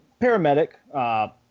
paramedic